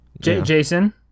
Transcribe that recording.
Jason